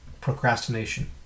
procrastination